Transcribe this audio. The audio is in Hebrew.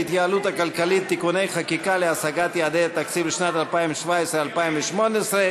(תיקוני חקיקה להשגת יעדי התקציב לשנות 2017 ו-2018),